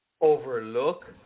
overlook